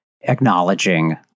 acknowledging